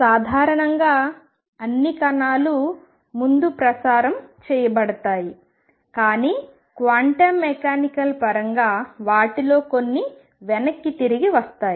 సాధారణంగా అన్ని కణాలు ముందు ప్రసారం చేయబడతాయి కానీ క్వాంటం మెకానికల్ పరంగా వాటిలో కొన్ని వెనక్కి తిరిగి వస్తాయి